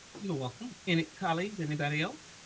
you're welcome. any colleagues, anybody else?